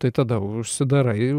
tai tada užsidarai